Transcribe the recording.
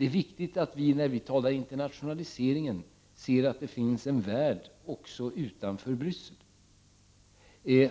När vi talar om internationalisering är det viktigt att vi beaktar att det finns en värld även utanför Bryssel,